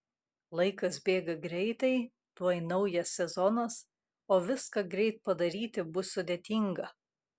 laikas bėga greitai tuoj naujas sezonas o viską greit padaryti bus sudėtinga